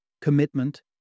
commitment